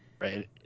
Right